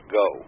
go